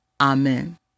Amen